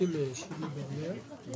שרכב קאי קרניבל שלי הוא